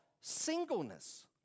singleness